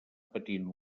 patint